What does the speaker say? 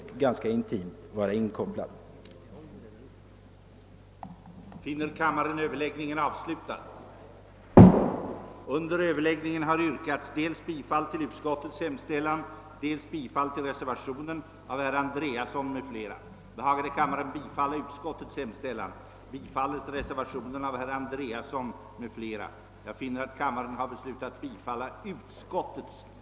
3. godkänna de riktlinjer som departementschefen angett för organisation m.m. av sjöfartsverket,